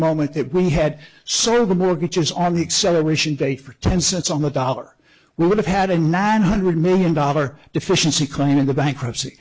moment that we had sober mortgages on the acceleration day for ten cents on the dollar we would have had a nine hundred million dollar deficiency claimed in the bankruptcy